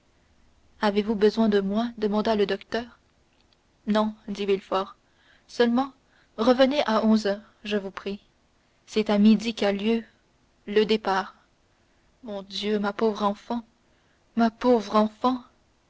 avez-vous besoin de moi demanda le docteur non dit villefort seulement revenez à onze heures je vous prie c'est à midi qu'a lieu le départ mon dieu ma pauvre enfant ma pauvre enfant